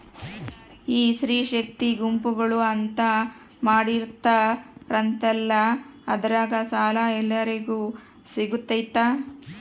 ಈ ಸ್ತ್ರೇ ಶಕ್ತಿ ಗುಂಪುಗಳು ಅಂತ ಮಾಡಿರ್ತಾರಂತಲ ಅದ್ರಾಗ ಸಾಲ ಎಲ್ಲರಿಗೂ ಸಿಗತೈತಾ?